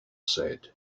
said